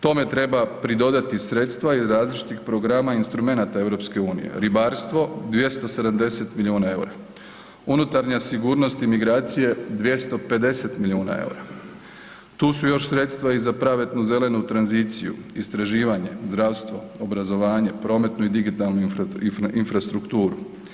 Tome treba pridodati sredstava iz različitih programa instrumenata EU, ribarstvo 270 milijuna EUR-a, unutarnja sigurnost i migracije 250 milijuna EUR-a, tu su još sredstva i za pravednu zelenu tranziciju, istraživanje, zdravstvo, obrazovanje, prometnu i digitalnu infrastrukturu.